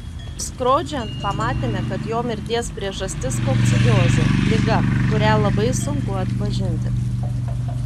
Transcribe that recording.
skrodžiant pamatėme kad jo mirties priežastis kokcidiozė liga kurią labai sunku atpažinti